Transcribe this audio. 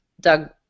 Doug